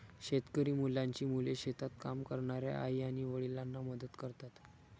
शेतकरी मुलांची मुले शेतात काम करणाऱ्या आई आणि वडिलांना मदत करतात